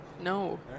No